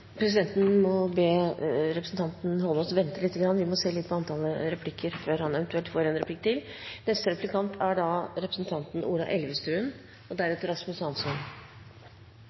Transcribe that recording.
Presidenten må be representanten Heikki Eidsvoll Holmås vente litt, for vi må se på antallet replikker før han eventuelt får en replikk til.